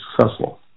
successful